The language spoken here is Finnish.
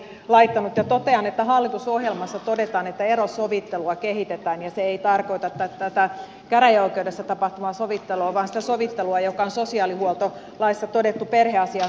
totean että hallitusohjelmassa todetaan että erosovittelua kehitetään ja se ei tarkoita tätä käräjäoikeudessa tapahtuvaa sovittelua vaan sitä sovittelua joka on sosiaalihuoltolaissa todettu perheasioiden sovitteluna